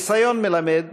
הניסיון מלמד